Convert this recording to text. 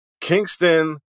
Kingston